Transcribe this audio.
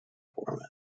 format